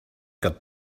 got